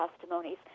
testimonies